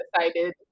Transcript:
decided